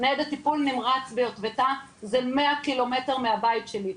ניידת טיפול נמרץ ביוטבתה זה 100 קילומטר מהבית שלי.